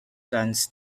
plans